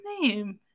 name